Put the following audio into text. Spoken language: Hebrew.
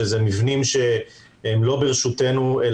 שהם לא ברשותנו.